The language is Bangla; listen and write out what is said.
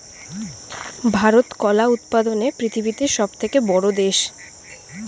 ভারত কলা উৎপাদনে পৃথিবীতে সবথেকে বড়ো দেশ